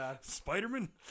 Spider-Man